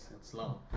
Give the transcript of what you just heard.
slow